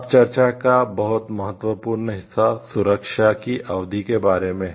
अब चर्चा का बहुत महत्वपूर्ण हिस्सा सुरक्षा की अवधि के बारे में है